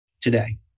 today